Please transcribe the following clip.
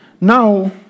Now